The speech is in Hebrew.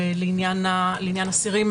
ולעניין האסירים,